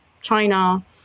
China